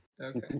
Okay